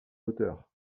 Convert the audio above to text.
hauteur